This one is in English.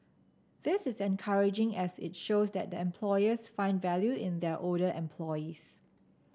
this is encouraging as it shows that employers find value in their older employees